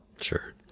Sure